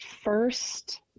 first